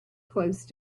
close